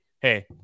Hey